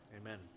Amen